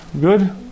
Good